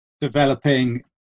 developing